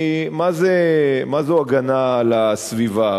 מה זו הגנה על הסביבה?